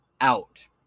out